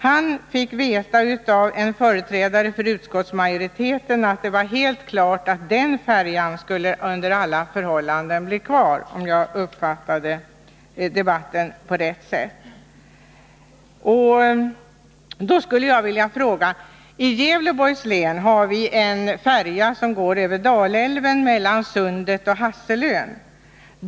Han fick av en företrädare för utskottsmajoriteten veta att det var helt klart att den färjan under alla förhållanden skulle bli kvar — om jag uppfattade debatten på rätt sätt. I Gävleborgs län finns en färja som går över Dalälven mellan Sundet och Hasselön.